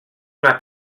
una